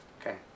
Okay